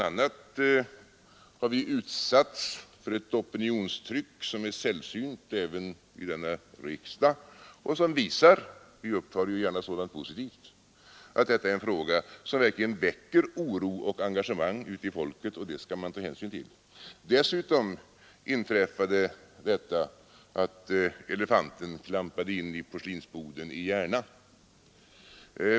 a. har vi utsatts för ett opinionstryck som är sällsynt även i denna riksdag och som visar — vi uppfattar ju gärna sådant positivt — att detta är en fråga som väcker oro och engagemang ute bland folket, och det skall man ta hänsyn till. Dessutom inträffade detta att elefanten klampade in i porslinsboden i Järna.